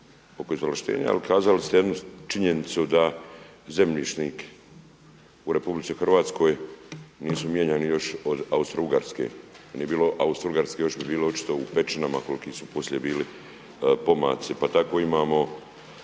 ali kazali ste jednu činjenicu da zemljišnik u RH nisu mijenjani još od Austro-Ugarske. Da nije bilo Austro-Ugarske još bi bilo očito u pećinama koliki su bili pomaci. Pa tako imamo